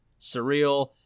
surreal